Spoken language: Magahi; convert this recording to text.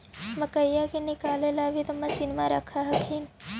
मकईया के निकलबे ला भी तो मसिनबे रख हखिन?